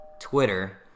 Twitter